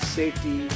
safety